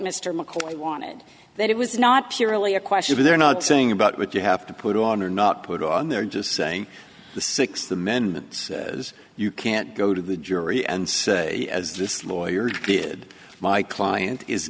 mr mccloy wanted that it was not purely a question they're not saying about what you have to put on or not put on they're just saying the sixth amendment says you can't go to the jury and say as this lawyer did my client is